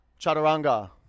chaturanga